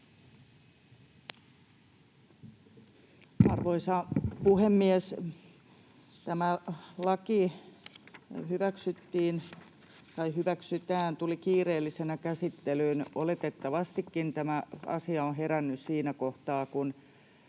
Arvoisa puhemies! Tämä laki tuli kiireellisenä käsittelyyn. Oletettavastikin tämä asia on herännyt siinä kohtaa, kun